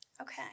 Okay